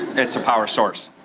it's a power source.